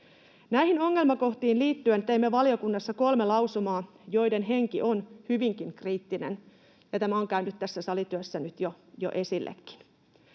Näihin ongelmakohtiin liittyen teimme valiokunnassa kolme lausumaa, joiden henki on hyvinkin kriittinen, ja tämä on käynyt tässä salityössä nyt jo esillekin.